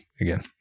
again